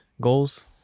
Goals